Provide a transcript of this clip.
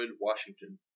Washington